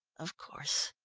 of course,